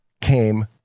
came